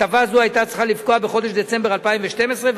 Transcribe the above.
הטבה זו היתה צריכה לפקוע בחודש דצמבר 2012,